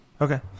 Okay